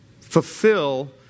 fulfill